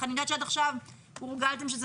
אני יודעת שעד עכשיו הורגלתם שזה